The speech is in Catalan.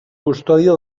custòdia